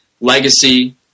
legacy